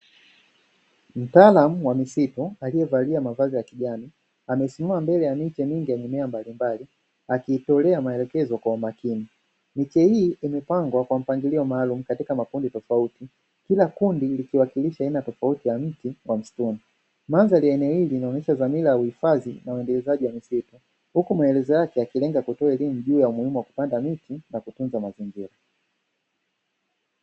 Mtaalamu wa misitu aliyevalia mavazi ya kijani amesimama mbele ya miche mingi ya mimea mbalimbali, akiitolea maelekezo kwa umakini. Miche hii imepangwaa kwa mpangilio maalumu katika makundi tofauti, kila kundi likiwakilisha aina tofauti ya mti wa msituni. Mandhari ya eneo hili inaonyesha dhamira ya uhifadhi na uendelezaji wa misitu, huku maelezo yake yakilenga kutoa elimu juu ya umuhimu wa kupanda miti na kutunza mazingira.